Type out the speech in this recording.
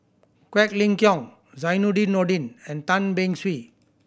Quek Ling Kiong Zainudin Nordin and Tan Beng Swee